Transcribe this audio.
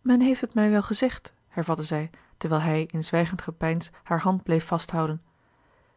men heeft het mij wel gezegd hervatte zij terwijl hij in zwijgend gepeins hare hand bleef vasthouden